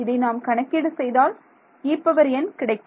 இதை நாம் கணக்கீடு செய்தால் En கிடைக்கும்